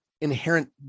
inherent